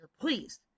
please